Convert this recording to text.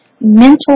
mental